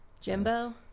Jimbo